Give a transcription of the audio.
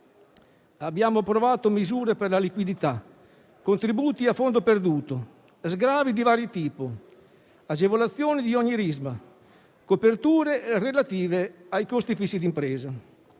Abbiamo approvato misure per la liquidità, contributi a fondo perduto, sgravi di vario tipo, agevolazioni di ogni risma e coperture relative ai costi fissi di impresa.